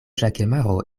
ĵakemaro